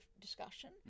discussion